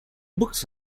books